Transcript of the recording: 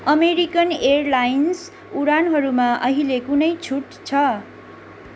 American Airlines उडानहरूमा अहिले कुनै छुट छ